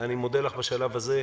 אני מודה לך בשלב הזה.